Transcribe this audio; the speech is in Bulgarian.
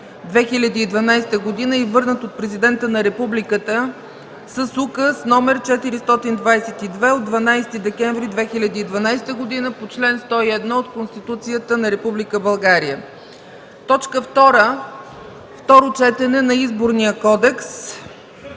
2012 г., и върнат от Президента на републиката с Указ № 422 от 12 декември 2012 г. по чл. 101 от Конституцията на Република България. 2. Второ четене на Законопроекта